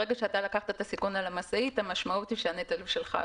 ברגע שאתה לקחת את הסיכון על המשאית המשמעות היא שהנטל הוא שלך.